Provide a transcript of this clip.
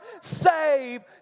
save